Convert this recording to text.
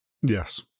Yes